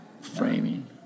framing